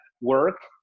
work